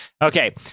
Okay